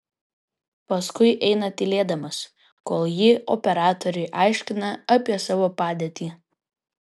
paskui eina tylėdamas kol ji operatoriui aiškina apie savo padėtį